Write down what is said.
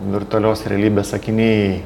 virtualios realybės akiniai